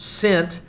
Sent